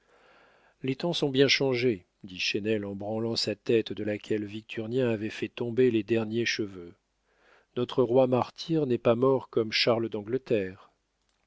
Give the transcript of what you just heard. les temps sont bien changés dit chesnel en branlant sa tête de laquelle victurnien avait fait tomber les derniers cheveux notre roi martyr n'est pas mort comme charles d'angleterre